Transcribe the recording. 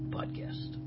Podcast